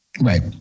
Right